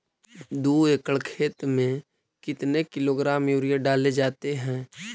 दू एकड़ खेत में कितने किलोग्राम यूरिया डाले जाते हैं?